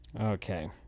okay